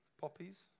poppies